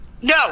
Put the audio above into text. No